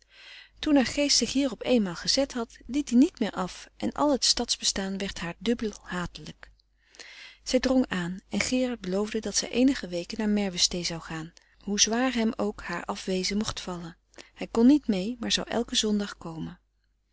haar geest zich hierop eenmaal gezet had liet die niet meer af en al het stadsbestaan werd haar dubbel hatelijk zij drong aan en gerard beloofde dat zij eenige weken naar merwestee zou gaan hoe zwaar hem ook haar afwezen mocht vallen hij kon niet mee maar zou elken zondag komen